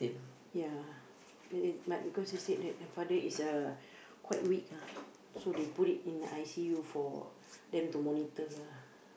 ya b~ but because they said that the father is uh quite weak ah so they put it in the I_C_U for them to monitor ah